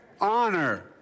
honor